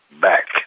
back